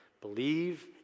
Believe